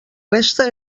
resta